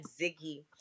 Ziggy